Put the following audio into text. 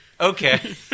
Okay